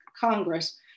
Congress